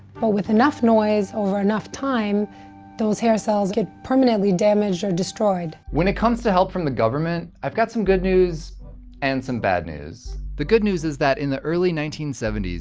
but with enough noise over enough time those hair cells get permanently damaged or destroyed. when it comes to help from the government, i've got some good news and some bad news. the good news is that in the early nineteen seventy s,